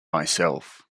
myself